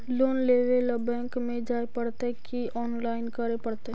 Loan लेवे ल bank में जाय पड़तै कि औनलाइन करे पड़तै?